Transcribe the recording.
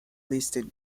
listed